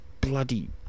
bloody